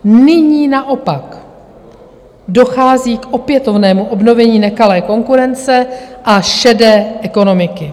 Nyní naopak dochází k opětovnému obnovení nekalé konkurence a šedé ekonomiky.